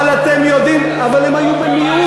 אבל אתם יודעים, אבל הם היו במיעוט.